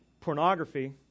pornography